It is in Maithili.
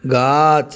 गाछ